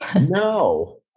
No